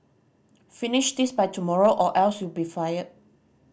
finish this by tomorrow or else you'll be fired